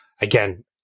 Again